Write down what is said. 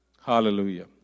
Hallelujah